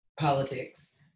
politics